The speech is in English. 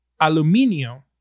aluminio